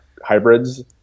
hybrids